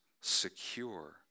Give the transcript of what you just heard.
secure